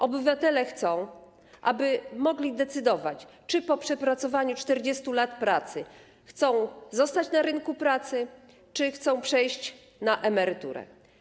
Obywatele chcą, aby mogli decydować, czy po przepracowaniu 40 lat pracy chcą zostać na rynku pracy, czy chcą przejść na emeryturę.